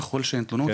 ככול שאין תלונות,